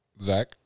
Zach